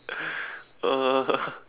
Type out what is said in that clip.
uh